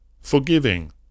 Forgiving